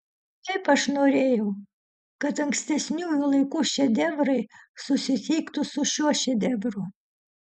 taip aš norėjau kad ankstesniųjų laikų šedevrai susitiktų su šiuo šedevru